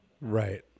Right